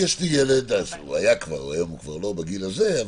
לי ילד שהיום הוא כבר לא בגיל הזה,